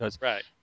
Right